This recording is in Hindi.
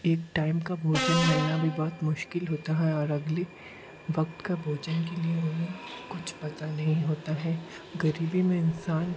एक टाइम का भोजन मिलना भी बहुत मुश्किल होता है और अगले वक़्त का भोजन के लिए उन्हें कुछ पता नहीं होता है ग़रीबी में इंसान